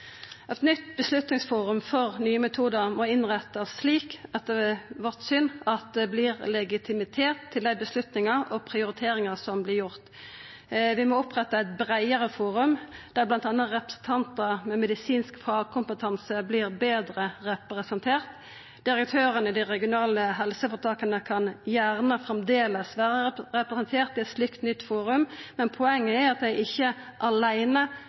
Eit nytt beslutningsforum for nye metodar må – etter vårt syn – innrettast slik at det vert legitimitet for dei avgjerdene og prioriteringane som vert gjorde. Vi må oppretta eit breiare forum, der bl.a. representantar med medisinsk fagkompetanse vert betre representerte. Direktørane i dei regionale helseføretaka kan gjerne framleis vera representerte i eit slikt nytt forum, men poenget er at dei aleine ikkje